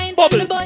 bubble